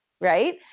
Right